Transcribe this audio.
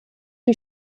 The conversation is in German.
die